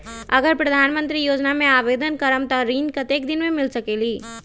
अगर प्रधानमंत्री योजना में आवेदन करम त ऋण कतेक दिन मे मिल सकेली?